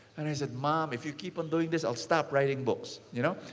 and i said, mom, if you keep on doing this, i'll stop writing books, you know,